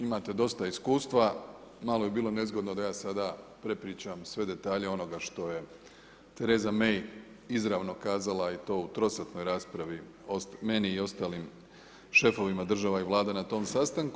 Imate dosta iskustva, malo bi bilo nezgodno da ja sada prepričam sve detalje onoga što je Tereza May izravno kazala i to u trosatnoj raspravi meni i ostalim šefovima država i vlada na tom sastanku.